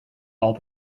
all